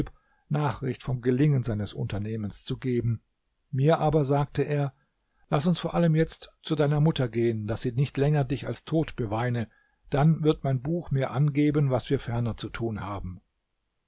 nachricht vom gelingen seines unternehmens zu geben mir aber sagte er laß uns vor allem jetzt zu deiner mutter gehen daß sie nicht länger dich als tot beweine dann wird mein buch mir angeben was wir ferner zu tun haben